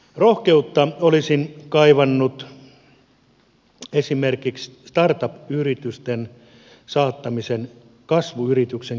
rohkeutta olisin kaivannut esimerkiksi start up yritysten saattamiseen kasvuyrityksen kynnykselle